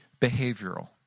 behavioral